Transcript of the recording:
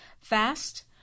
fast